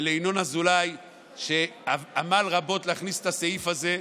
ולינון אזולאי, שעמל רבות להכניס את הסעיף הזה,